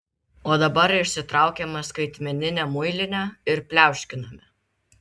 o dabar išsitraukiame skaitmeninę muilinę ir pliauškiname